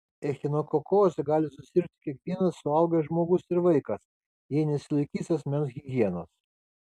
echinokokoze gali susirgti kiekvienas suaugęs žmogus ir vaikas jei nesilaikys asmens higienos